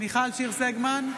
מיכל שיר סגמן,